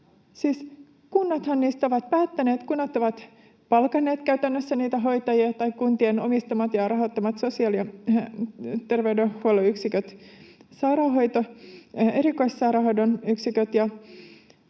niistä ovat päättäneet. Kunnat — tai kuntien omistamat ja rahoittamat sosiaali- ja terveydenhuollon yksiköt, sairaanhoito, erikoissairaanhoidon yksiköt